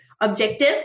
objective